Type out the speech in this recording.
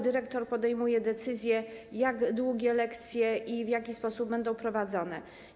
Dyrektor podejmuje decyzję, jak długie będą lekcje i w jaki sposób będą prowadzone.